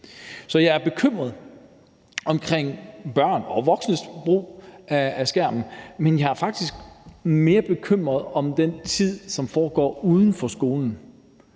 Så jeg er bekymret omkring børn og voksnes forbrug af skærmen, men jeg er faktisk mere bekymret for den tid, som foregår uden for skolen